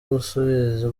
gusubiza